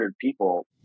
people